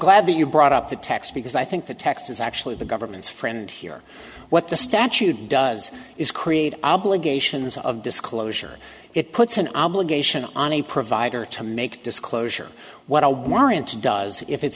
glad that you brought up the text because i think the text is actually the government's friend here what the statute does is create obligations of disclosure it puts an obligation on a provider to make disclosure what a warrant to does if it's